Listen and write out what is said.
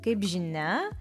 kaip žinia